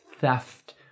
theft